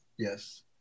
Yes